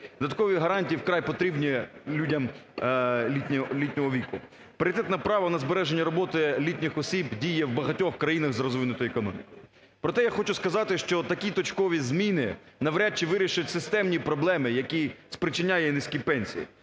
Додаткові гарантії вкрай потрібні людям літнього віку. Пріоритетне право на збереження роботи літніх осіб діє в багатьох країнах з розвинутою економікою. Проте я хочу сказати, що такі точкові зміни навряд чи вирішать системні проблеми, які спричиняють низькі пенсії.